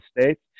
States